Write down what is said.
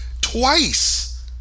Twice